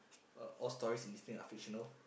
uh all stories in this thing are fictional